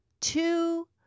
two